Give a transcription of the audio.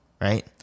right